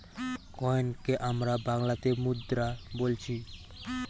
কয়েনকে আমরা বাংলাতে মুদ্রা বোলছি